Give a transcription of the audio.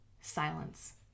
Silence